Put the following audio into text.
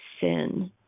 sin